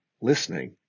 listening